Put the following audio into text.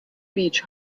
beach